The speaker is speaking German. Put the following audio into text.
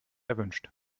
erwünscht